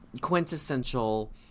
quintessential